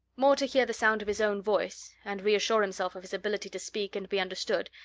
more to hear the sound of his own voice, and reassure himself of his ability to speak and be understood,